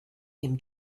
him